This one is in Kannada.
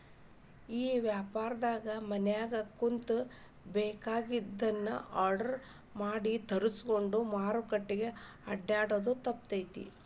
ಈ ವ್ಯಾಪಾರ್ದಾಗ ಮನ್ಯಾಗ ಕುಂತು ಬೆಕಾಗಿದ್ದನ್ನ ಆರ್ಡರ್ ಮಾಡಿ ತರ್ಸ್ಕೊಂಡ್ರ್ ಮಾರ್ಕೆಟ್ ಅಡ್ಡ್ಯಾಡೊದು ತಪ್ತೇತಿ